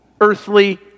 earthly